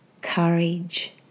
Courage